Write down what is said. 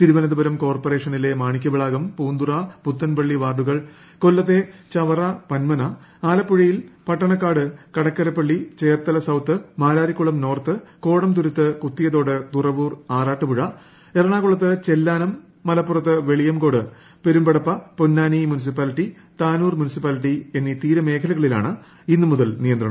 തിരുവനന്തപുരം കോർപ്പറേഷനിലെ മാണിക്യവിളാകം പൂന്തുറ പുത്തൻപള്ളി വാർഡുകൾ കൊല്ലത്തെ ചവറ പന്മന ആലപ്പുഴയിൽ പട്ടണക്കാട് കടക്കരപ്പള്ളി ചേർത്തല സൌത്ത് മാരാരിക്കുളം നോർത്ത് കോടംതുരുത്ത് കുത്തിയതോട് തുറവൂർ ആറാട്ടുപുഴ എറണാകുളത്ത് ചെല്ലാനം മലപ്പുറത്ത് വെളിയംകോട് പെരുമ്പടപ്പ പൊന്നാനി മുനിസിപ്പാലിറ്റി താനൂർ മുനിസിപ്പാലിറ്റി എന്നീ തീര മേഖലകളിലാണ് ഇന്ന് മുതൽ നിയന്ത്രണം